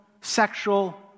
sexual